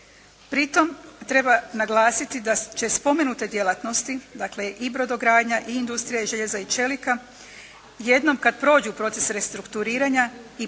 Pri tom treba naglasiti da će spomenute djelatnosti dakle, i brodogradnja i industrija željeza i čelika jednom kad prođu proces restrukturiranja i prestanu